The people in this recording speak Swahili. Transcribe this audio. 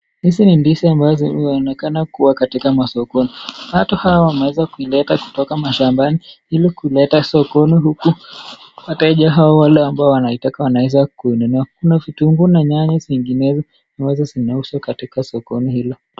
Hizi ni ndizi ambazo zinaonekana kuwa katika masokoni. Watu hawa wameweza kuileta kutoka mashambani ili kuileta sokoni huku wateja au wale ambao wanaitaka wanaweza kuinunua. Kuna vitunguu na nyanya zinginezo ambazo zinauzwa katika sokoni hilo.